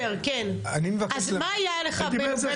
אז מה היה לך בנובמבר חוץ --- למה דצמבר,